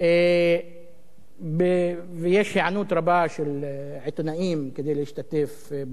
יש היענות רבה של עיתונאים להשתתף בדיון הזה.